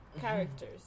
characters